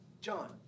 John